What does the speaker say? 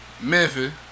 Memphis